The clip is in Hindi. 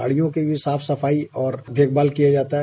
गाड़ियों की भी साफ सफाई और देखभाल किया जाता है